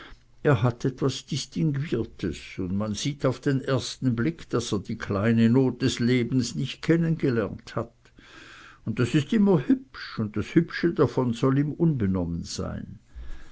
er hat etwas distinguiertes und man sieht auf den ersten blick daß er die kleine not des lebens nicht kennen gelernt hat und das ist immer hübsch und das hübsche davon soll ihm unbenommen sein